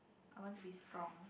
I want to be strong